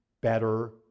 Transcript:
better